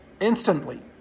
instantly